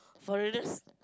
foreigners